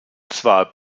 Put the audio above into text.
zwar